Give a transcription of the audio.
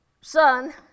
son